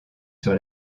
sur